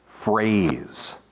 phrase